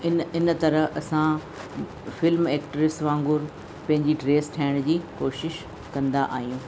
इन इन तरह असां फिल्म एक्ट्रेस वांगुरु पंहिंजी ड्रेस ठाहिण जी कोशिश कंदा आहियूं